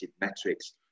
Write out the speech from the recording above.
metrics